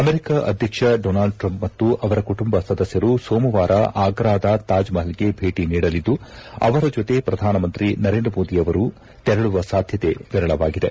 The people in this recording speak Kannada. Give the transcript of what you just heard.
ಅಮೆರಿಕ ಅಧ್ಯಕ್ಷ ಡೊನಾಲ್ಡ್ ಟ್ರಂಪ್ ಮತ್ತು ಅವರ ಕುಟುಂಬ ಸದಸ್ಯರು ಸೋಮವಾರ ಆಗ್ರಾದ ತಾಜ್ಮಹಲ್ಗೆ ಭೇಟಿ ನೀಡಲಿದ್ದು ಅವರ ಜೊತೆ ಪ್ರಧಾನಮಂತ್ರಿ ನರೇಂದ್ರ ಮೋದಿ ಅವರು ತೆರಳುವ ಸಾಧ್ಯತೆ ವಿರಳವಾಗಿದೆ